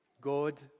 God